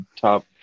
top